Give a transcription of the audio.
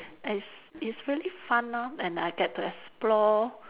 it's it's really fun lah and I get to explore